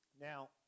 Now